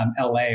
LA